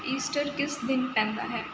Easter ਕਿਸ ਦਿਨ ਪੈਂਦਾ ਹੈ